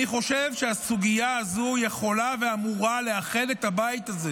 אני חושב שהסוגיה הזו יכולה ואמורה לאחד את הבית הזה